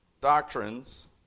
doctrines